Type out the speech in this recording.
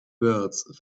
words